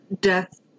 death